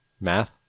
Math